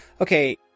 okay